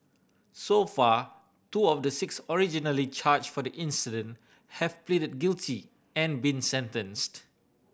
so far two of the six originally charged for the incident have pleaded guilty and been sentenced